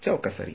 ಚೌಕ ಸರಿ